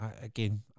again